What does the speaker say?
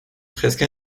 presque